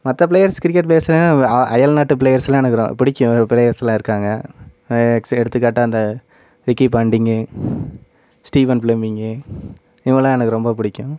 மற்ற players cricket ப்ளேயர்ஸ்னால் அ அயல்நாட்டுப் ப்ளேயர்ஸ்லாம் எனக்கு ரொ பிடிக்கும் ப்ளேயர்ஸ்லாம் இருக்காங்கள் எக்ஸ் எடுத்துக்காட்டாக அந்த விக்கி பாண்டிங்கு ஸ்டீவன் ப்ளமிங் இவங்கெல்லாம் எனக்கு ரொம்ப பிடிக்கும்